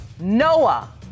Noah